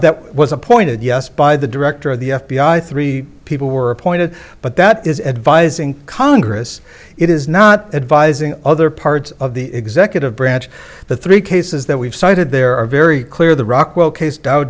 that was appointed yes by the director of the f b i three people were appointed but that is advising congress it is not advising other parts of the executive branch the three cases that we've cited there are very clear the rockwell case d